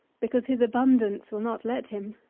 because his abundance will not let him.